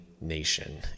nation